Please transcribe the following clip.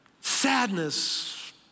sadness